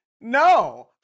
no